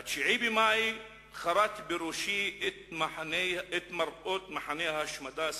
ה-9 במאי חרת בראשי את מראות מחנה ההשמדה זקסנהאוזן.